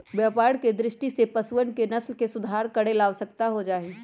व्यापार के दृष्टि से पशुअन के नस्ल के सुधार करे ला आवश्यक हो जाहई